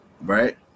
right